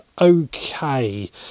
okay